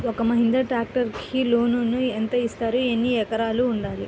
ఒక్క మహీంద్రా ట్రాక్టర్కి లోనును యెంత ఇస్తారు? ఎన్ని ఎకరాలు ఉండాలి?